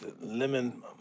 Lemon